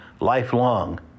lifelong